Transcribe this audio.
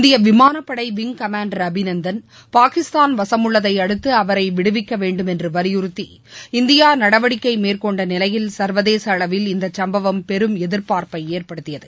இந்திய விமானப் படை விங்க் கமாண்டர் அபிநந்தன் பாகிஸ்தான் வசமுள்ளதை அடுத்து அவரை விடுவிக்க வேண்டும் என்று வலியுறுத்தி இந்தியா நடவடிக்கை மேற்கொண்ட நிலையில் சர்வதேச அளவில் இந்த சம்பவம் பெரும் எதிர்பார்ப்பை ஏற்படுத்தியது